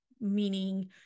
meaning